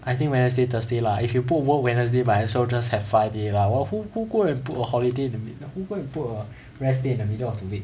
I think wednesday thursday lah if you put work wednesday might as well just have five days lah who who go and put a holiday the middle who go and put a rest day in the middle of the week